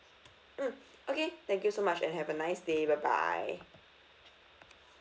mm okay thank you so much and have a nice day bye bye